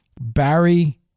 Barry